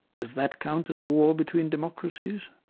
does that count as a war between democracies?